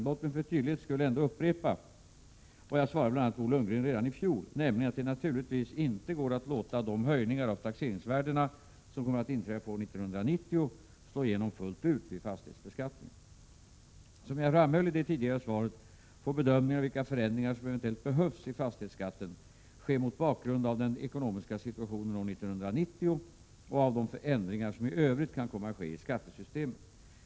Låt mig för tydlighets skull ändå upprepa vad jag svarade bl.a. Bo Lundgren redan i fjol, nämligen att det naturligtvis inte går att låta de höjningar av taxeringsvärdena, som kommer att inträffa år 1990, slå igenom fullt ut vid fastighetsbeskattningen. Som jag framhöll i det tidigare svaret får bedömningen av vilka förändringar som eventuellt behövs i fastighetsskatten ske mot bakgrund av den ekonomiska situationen år 1990 och av de ändringar som i övrigt kan komma att ske i skattesystemet.